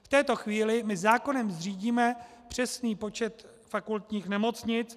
V této chvíli my zákonem zřídíme přesný počet fakultních nemocnic.